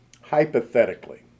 hypothetically